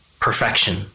perfection